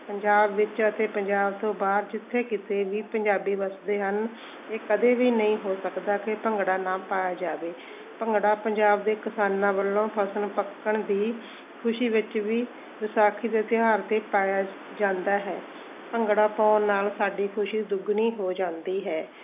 ਪੰਜਾਬ ਵਿੱਚ ਅਤੇ ਪੰਜਾਬ ਤੋਂ ਬਾਹਰ ਜਿੱਥੇ ਕਿਤੇ ਵੀ ਪੰਜਾਬੀ ਵੱਸਦੇ ਹਨ ਇਹ ਕਦੇ ਵੀ ਨਹੀਂ ਹੋ ਸਕਦਾ ਕਿ ਭੰਗੜਾ ਨਾ ਪਾਇਆ ਜਾਵੇ ਭੰਗੜਾ ਪੰਜਾਬ ਦੇ ਕਿਸਾਨਾਂ ਵੱਲੋਂ ਫਸਲ ਪੱਕਣ ਦੀ ਖੁਸ਼ੀ ਵਿੱਚ ਵੀ ਵਿਸਾਖੀ ਦੇ ਤਿਉਹਾਰ 'ਤੇ ਪਾਇਆ ਜਾਂਦਾ ਹੈ ਭੰਗੜਾ ਪਾਉਣ ਨਾਲ ਸਾਡੀ ਖੁਸ਼ੀ ਦੁੱਗਣੀ ਹੋ ਜਾਂਦੀ ਹੈ